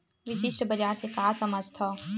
विशिष्ट बजार से का समझथव?